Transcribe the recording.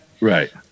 Right